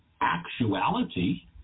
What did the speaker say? actuality